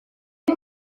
dau